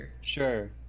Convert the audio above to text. sure